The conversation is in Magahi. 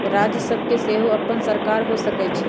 राज्य सभ के सेहो अप्पन सरकार हो सकइ छइ